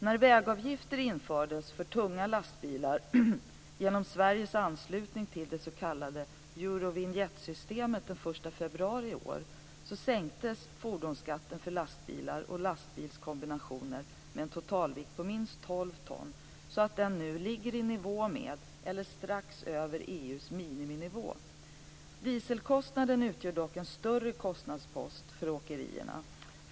När vägavgifter infördes för tunga lastbilar genom Sveriges anslutning till det s.k. Eurovinjettsystemet den 1 februari i år sänktes således fordonsskatten för lastbilar och lastbilskombinationer med en totalvikt på minst 12 ton så att den nu ligger i nivå med eller strax över EU:s miniminivå. Dieselkostnaden utgör dock en större kostnadspost för åkerierna.